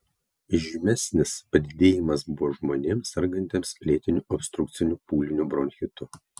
žymesnis padidėjimas buvo žmonėms sergantiems lėtiniu obstrukciniu pūliniu bronchitu